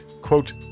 quote